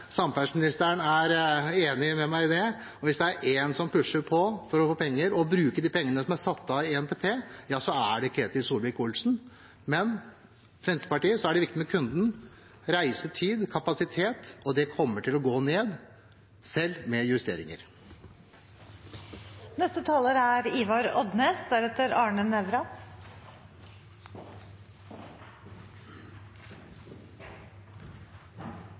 samferdselsministeren er enig med meg i det. Hvis det er én som pusher på for å få penger og å bruke de pengene som er satt av i NTP, er det Ketil Solvik-Olsen. For Fremskrittspartiet er kunden, reisetid og kapasitet viktig, og reisetiden kommer til å gå ned, selv med